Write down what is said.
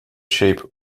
shape